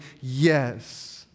yes